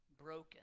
broken